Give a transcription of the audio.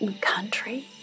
country